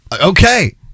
Okay